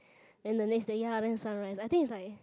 then the next day ya then the sunrise I think is like